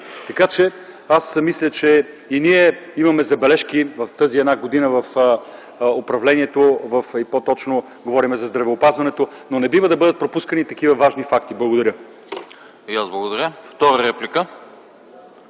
и то до края. И ние имаме забележки в тази една година в управлението, по-точно говорим за здравеопазването, но не бива да бъдат пропускани такива важни факти. Благодаря.